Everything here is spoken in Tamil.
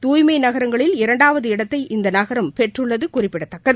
தூய்மை நகரங்களில் இரண்டாவது இடத்தை இந்த நகரம் பெற்றுள்ளது குறிப்பிடத்தக்கது